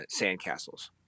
sandcastles